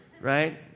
right